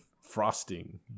frosting